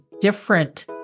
different